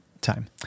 time